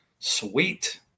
Sweet